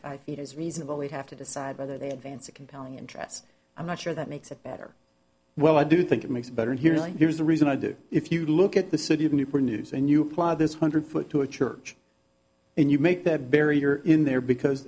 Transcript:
feet is reasonable we have to decide whether they advance a compelling interest i'm not sure that makes it better well i do think it makes it better here here's the reason i do if you look at the city of newport news and you apply this one hundred foot to a church and you make that barrier in there because